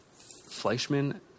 Fleischman